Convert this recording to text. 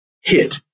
hit